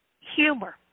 humor